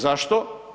Zašto?